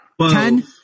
ten